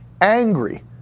angry